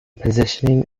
positioning